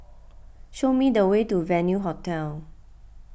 show me the way to Venue Hotel